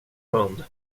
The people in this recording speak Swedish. hund